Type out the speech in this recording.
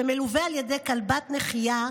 שמלווה על ידי כלבת נחייה,